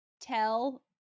tell